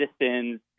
citizens